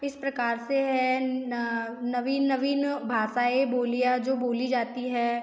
इस प्रकार से है नवीन नवीन भाषाएँ बोलियाँ जो बोली जाती हैं